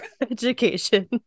education